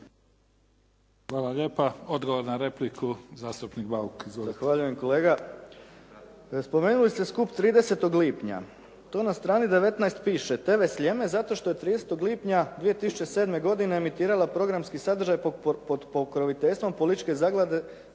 Hvala lijepa. Odgovor na repliku, zastupnik Bauk. Izvolite. **Bauk, Arsen (SDP)** Zahvaljujem kolega. Spomenuli ste skup 30. lipnja. To na strani 19 piše TV sljeme zato što je 30. lipnja 2007. godine emitirala programski sadržaj pod pokroviteljstvom političke zaklade